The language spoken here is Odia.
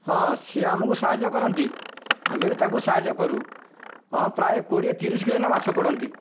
ହଁ ସିଏ ଆମକୁ ସାହାଯ୍ୟ କରନ୍ତି ଆମେ ବି ତାକୁ ସାହାଯ୍ୟ କରୁ ହଁ ପ୍ରାୟ କୋଡ଼ିଏ ତିରିଶି କିଲୋ ନାଏ ମାଛ ପଡ଼ନ୍ତି